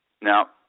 Now